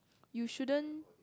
you shouldn't